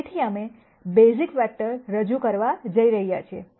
તેથી અમે basis vector રજૂ કરવા જઈ રહ્યા છીએ